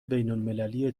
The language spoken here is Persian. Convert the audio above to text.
بینالمللی